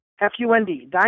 F-U-N-D